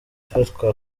afatwa